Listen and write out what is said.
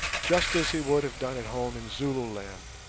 just as he would have done at home in zululand,